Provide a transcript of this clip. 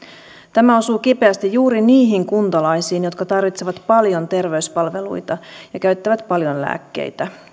tämä osuu kipeästi juuri niihin kuntalaisiin jotka tarvitsevat paljon terveyspalveluita ja käyttävät paljon lääkkeitä